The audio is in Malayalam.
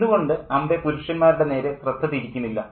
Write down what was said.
എന്തുകൊണ്ട് അംബൈ പുരുഷന്മാരുടെ നേരേ ശ്രദ്ധ തിരിക്കുന്നില്ല